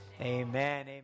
amen